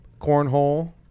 cornhole